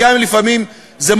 שבעד ארגוני טרור או